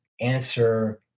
answer